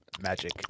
Magic